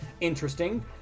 Interesting